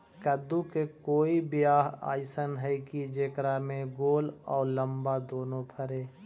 कददु के कोइ बियाह अइसन है कि जेकरा में गोल औ लमबा दोनो फरे?